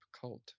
cult